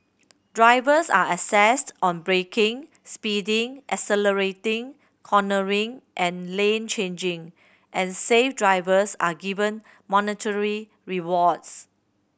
drivers are assessed on braking speeding accelerating cornering and lane changing and safe drivers are given monetary rewards